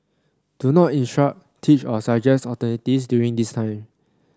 do not instruct teach or suggest alternatives during design